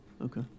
Okay